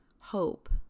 hope